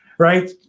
Right